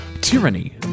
Tyranny